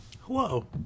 Hello